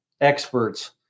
experts